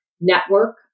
network